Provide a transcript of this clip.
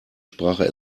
sprache